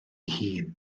hun